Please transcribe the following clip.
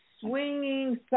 swinging